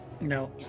No